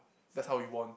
that's how he won